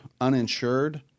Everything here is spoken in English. uninsured